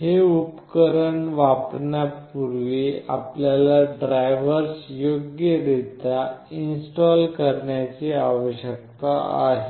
हे उपकरण वापरण्यापूर्वी आपल्याला ड्राइव्हर्स योग्य रित्या इन्स्टॉल करण्याची आवश्यकता आहे